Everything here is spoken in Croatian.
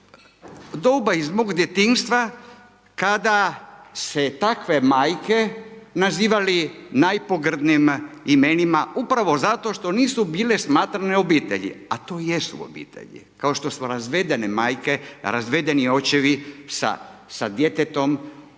doba iz mog djetinjstva kada se takve majke nazivali najpogrdnijim imenima upravo zato što nisu bile smatrane obitelji, a to jesu obitelji, kao što su razvedene majke, razvedeni očevi sa djetetom